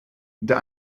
der